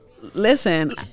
Listen